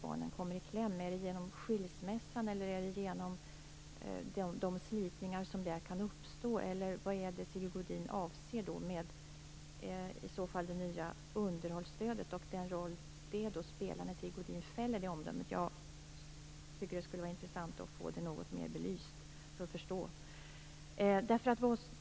Är det själva skilsmässan, eller är det de slitningar som där kan uppstå? Eller vad är det Sigge Godin avser med det nya underhållsstödet och den roll som det spelar när han fäller detta omdöme? Det skulle vara intressant att få det något mer belyst för att förstå.